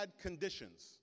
conditions